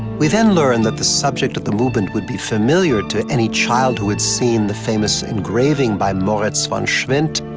we then learn that the subject of the movement would be familiar to any child who had seen the famous engraving by moritz von schwind,